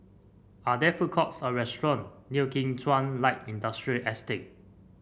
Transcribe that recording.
are there food courts or restaurant near Kim Chuan Light Industrial Estate